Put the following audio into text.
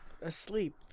asleep